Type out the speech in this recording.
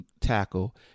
tackle